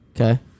Okay